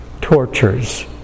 tortures